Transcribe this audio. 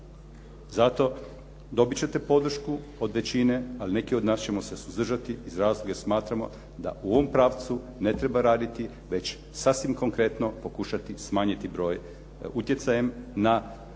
Zato dobit ćete podršku od većine, ali neki od nas ćemo se suzdržati iz razloga jer smatramo da u ovom pravcu ne treba raditi, već sasvim konkretno pokušati smanjiti broj utjecajem na, utječući